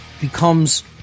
becomes